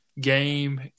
game